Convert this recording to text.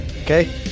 okay